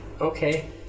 Okay